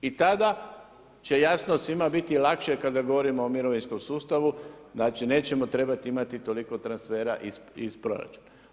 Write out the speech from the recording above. I tada će jasno svima biti lakše kada govorimo o mirovinskom sustavu, znači nećemo trebati imati toliko transfera iz proračun.